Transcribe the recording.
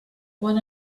quan